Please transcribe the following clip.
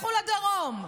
לכו לדרום.